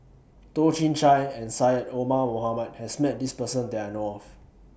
Toh Chin Chye and Syed Omar Mohamed has Met This Person that I know of